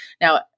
Now